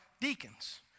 deacons